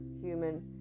human